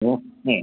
okay